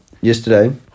yesterday